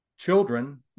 children